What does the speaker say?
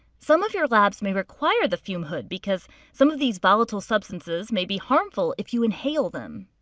some of your labs may require the fume hood because some of these volatile substances may be harmful if you inhale them.